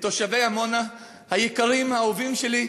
לתושבי עמונה היקרים, האהובים שלי,